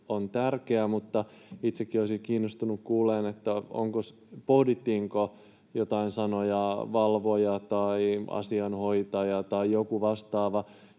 on tärkeä, mutta itsekin olisin kiinnostunut kuulemaan, pohdittiinko sanoja valvoja tai asiainhoitaja tai jotain vastaavaa,